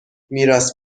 میراث